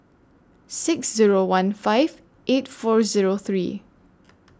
six Zero one five eight four Zero three